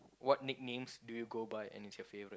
what nicknames do you go by and is your favourite